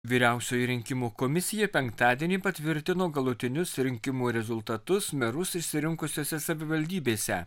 vyriausioji rinkimų komisija penktadienį patvirtino galutinius rinkimų rezultatus merus išsirinkusiose savivaldybėse